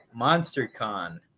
MonsterCon